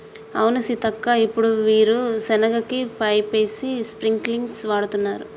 అవును సీతక్క ఇప్పుడు వీరు సెనగ కి పైపేసి స్ప్రింకిల్స్ వాడుతున్నారు